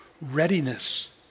Readiness